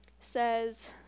says